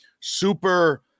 super